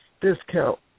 discount